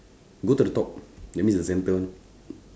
go to the top that means the centre